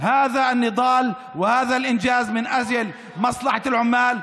מובילה את המאבק הזה ואת ההישג הזה לטובת העובדים